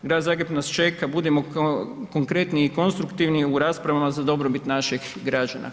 Grad Zagreb nas čeka, budimo konkretni i konstruktivni u raspravama za dobrobit naših građana.